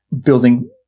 building